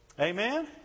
Amen